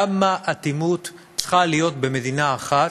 כמה אטימות צריכה להיות במדינה אחת,